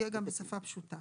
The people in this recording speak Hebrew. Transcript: יהיה גם בשפה פשוטה.